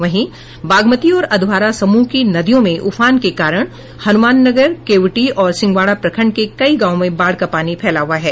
वहीं बागमती और अधवारा समूह की नदियों में उफान के कारण हनुमाननगर केवटी और सिंहवाड़ा प्रखंड के कई गांवों में बाढ़ का पानी फैला हुआ है